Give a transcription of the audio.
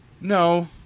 No